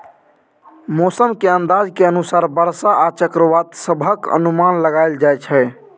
मौसम के अंदाज के अनुसार बरसा आ चक्रवात सभक अनुमान लगाइल जाइ छै